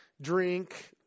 drink